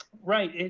right,